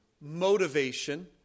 motivation